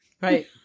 Right